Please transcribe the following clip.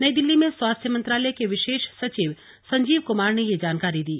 नई दिल्ली में स्वास्थ्य मंत्रालय के विशेष सचिव संजीव कुमार ने यह जानकारी दी